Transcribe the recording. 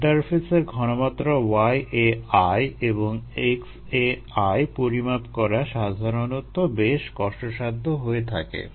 ইন্টারেফেসের ঘনমাত্রা yAi এবং xAi পরিমাপ করা সাধারণত বেশ কষ্টসাধ্য হয়ে থাকে